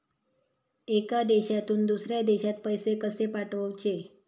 एका देशातून दुसऱ्या देशात पैसे कशे पाठवचे?